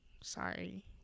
Sorry